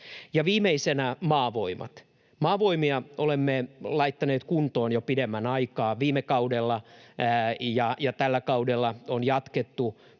viimeisenä Maavoimat. Maavoimia olemme laittaneet kuntoon jo pidemmän aikaa. Viime kaudella ja tällä kaudella on jatkettu